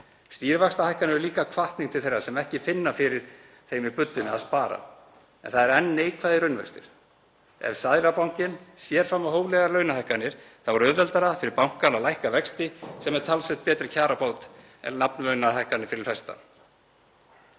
stýrivaxtahækkanir eru líka hvatning til þeirra sem ekki finna fyrir þeim í buddunni til að spara. En það eru enn neikvæðir raunvextir. Ef Seðlabankinn sér fram á hóflegar launahækkanir er auðveldara fyrir bankann að lækka vexti sem er talsvert betri kjarabót en nafnlaunahækkanir fyrir flesta.